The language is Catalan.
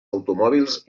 automòbils